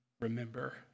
remember